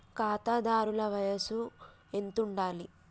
ఖాతాదారుల వయసు ఎంతుండాలి?